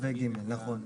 נכון.